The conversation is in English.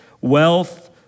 wealth